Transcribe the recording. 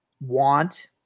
want